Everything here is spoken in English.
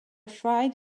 fight